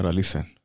listen